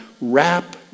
wrap